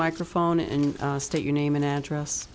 microphone and state your name and address